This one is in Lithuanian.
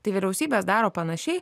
tai vyriausybės daro panašiai